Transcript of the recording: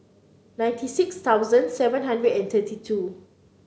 ninety six thousand seven hundred and thirty two